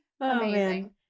amazing